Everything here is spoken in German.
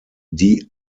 die